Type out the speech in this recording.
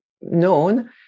known